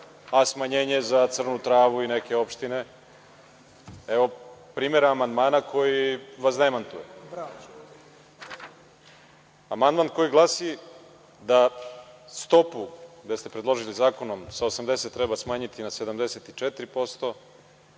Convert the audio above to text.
a smanjenje za Crnu Travu i neke opštine. Evo primera amandmana koji vas demantuje. Amandman koji glasi da stopu, gde ste predložili Zakonom sa 80% treba smanjiti na 74%,